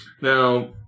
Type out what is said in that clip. Now